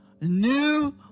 New